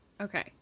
Okay